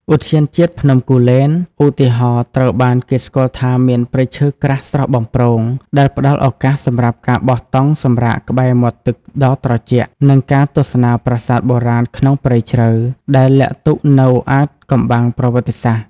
ឧទ្យានជាតិភ្នំគូលែន ឧទាហរណ៍ ត្រូវបានគេស្គាល់ថាមានព្រៃឈើក្រាស់ស្រស់បំព្រង ដែលផ្តល់ឱកាសសម្រាប់ការបោះតង់សម្រាកក្បែរមាត់ទឹកដ៏ត្រជាក់ និងការទស្សនាប្រាសាទបុរាណក្នុងព្រៃជ្រៅ ដែលលាក់ទុកនូវអាថ៌កំបាំងប្រវត្តិសាស្ត្រ។